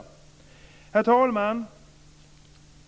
Herr talman!